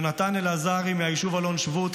יונתן אלעזרי מהיישוב אלון שבות,